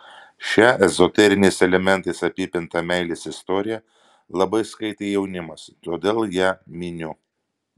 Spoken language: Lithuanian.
šią ezoteriniais elementais apipintą meilės istoriją labai skaitė jaunimas todėl ją miniu